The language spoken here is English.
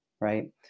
right